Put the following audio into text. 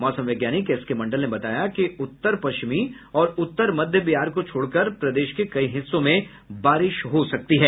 मौसम वैज्ञानिक एसके मंडल ने बताया कि उत्तर पश्चिमी और उत्तर मध्य बिहार को छोड़कर प्रदेश के कई हिस्सों में बारिश हो सकती है